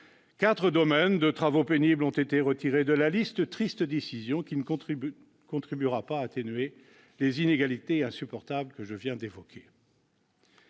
Quatre domaines de travaux pénibles ont été retirés de la liste ; triste décision, qui ne contribuera pas à atténuer les inégalités insupportables que je viens d'évoquer.